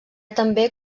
també